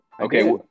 Okay